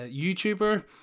YouTuber